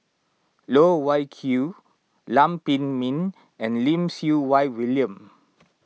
Loh Wai Kiew Lam Pin Min and Lim Siew Wai William